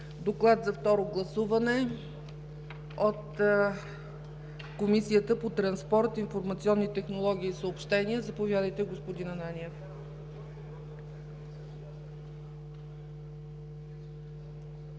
Доклад за второ гласуване от Комисията по транспорт, информационни технологии и съобщения. Заповядайте, господин Ананиев.